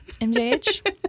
mjh